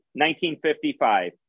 1955